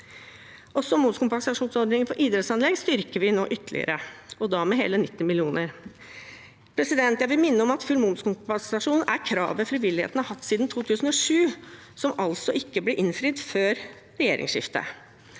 momskompensasjonsordningen for idrettsanlegg styrker vi nå ytterligere og da med hele 90 mill. kr. Jeg vil minne om at full momskompensasjon er kravet frivilligheten har hatt siden 2007, som altså ikke ble innfridd før regjeringsskiftet.